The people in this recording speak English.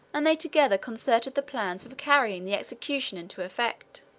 and they together concerted the plans for carrying the execution into effect.